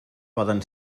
poden